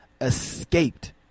escaped